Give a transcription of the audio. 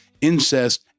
incest